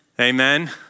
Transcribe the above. Amen